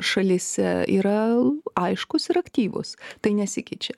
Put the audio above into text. šalyse yra aiškus ir aktyvus tai nesikeičia